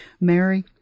Mary